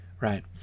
right